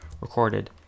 recorded